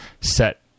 set